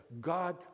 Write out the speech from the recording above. God